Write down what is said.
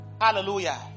Hallelujah